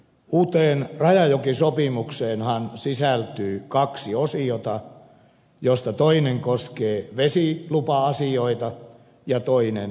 uuteen rajajokisopimukseenhan sisältyy kaksi osiota joista toinen koskee vesilupa asioita ja toinen kalastusasioita